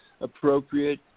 appropriate